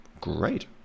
great